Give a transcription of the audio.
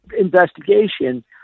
investigation